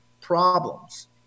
problems